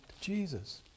Jesus